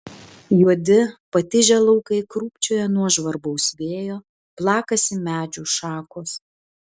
juodi patižę laukai krūpčioja nuo žvarbaus vėjo plakasi medžių šakos